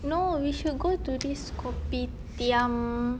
no we should go to this kopitiam